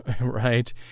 right